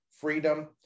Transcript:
freedom